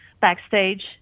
backstage